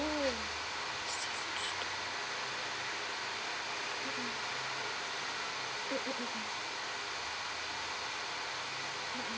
um mmhmm mm mmhmm mmhmm